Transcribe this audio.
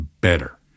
better